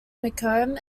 mccomb